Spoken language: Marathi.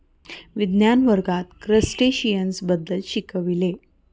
विज्ञान वर्गात क्रस्टेशियन्स बद्दल शिकविले